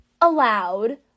Allowed